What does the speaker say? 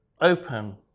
Open